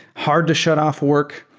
hard to shut off work,